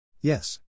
Yes